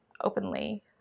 openly